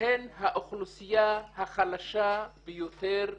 הן האוכלוסייה החלשה ביותר בישראל.